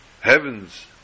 Heavens